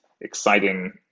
exciting